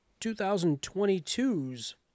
2022's